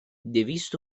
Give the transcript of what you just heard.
دویست